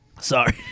Sorry